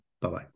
Bye-bye